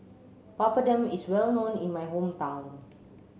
Papadum is well known in my hometown